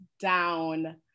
down